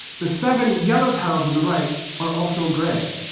the seven yellow tiles on the right are also gray.